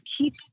keep